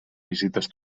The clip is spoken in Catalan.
visites